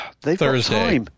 Thursday